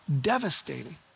devastating